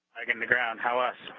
dragon to ground. how us?